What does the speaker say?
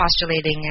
postulating